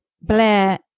Blair